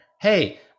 hey